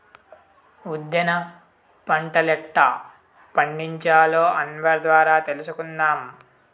ఉద్దేన పంటలెట్టా పండించాలో అన్వర్ ద్వారా తెలుసుకుందాం